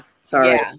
sorry